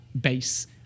base